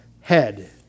head